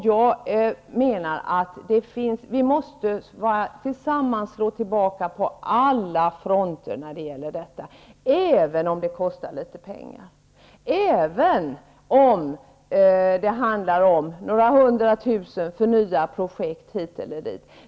Jag menar att vi tillsammans måste slå tillbaka på alla fronter när det gäller detta, även om det kostar litet pengar, även om det handlar om några hundratusen för nya projekt hit eller dit.